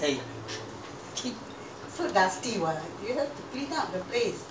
all these are a waste of time waste of thing கழட்டிகிட்டு போட்டுகிட்டு:kazhatikittu pottukittu eh